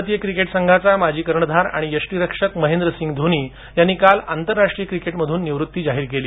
भारतीय क्रिकेट संघाचा माजी कर्णधार आणि यष्टीरक्षक महेंद्रसिंग धोनी यानं काल आंतरराष्ट्रीय क्रिकेटमधून निवृत्ती जाहीर केली